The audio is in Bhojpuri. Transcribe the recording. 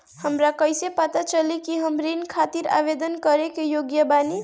हमरा कईसे पता चली कि हम ऋण खातिर आवेदन करे के योग्य बानी?